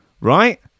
right